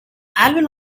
alvin